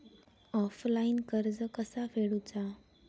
Offline कर्ज कसा फेडूचा?